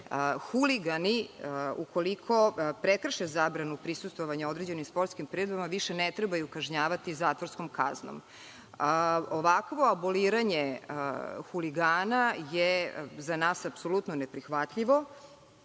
huligani, ukoliko prekrše zabranu prisustvovanja određenim sportskim priredbama, više ne trebaju kažnjavati zatvorskom kaznom. Ovakvo aboliranje huligana je za nas apsolutno neprihvatljivo